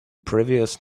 previous